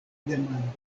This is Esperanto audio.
demandon